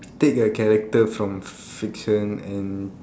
state a character from fiction and